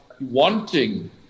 wanting